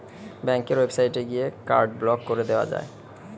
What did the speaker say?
ব্যাংকের ওয়েবসাইটে গিয়ে কার্ড ব্লক কোরে দিয়া যায়